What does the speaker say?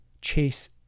chase